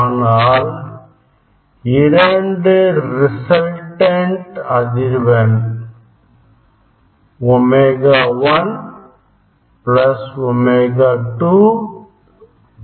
ஆனால் இரண்டு ரிசல்டன்ட் அதிர்வெண் ஒமேகா1 ஒமேகா 2 2